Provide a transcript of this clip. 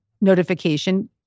notification